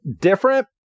different